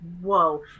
Whoa